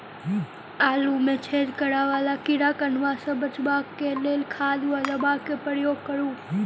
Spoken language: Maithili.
आलु मे छेद करा वला कीड़ा कन्वा सँ बचाब केँ लेल केँ खाद वा दवा केँ प्रयोग करू?